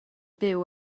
byw